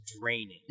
draining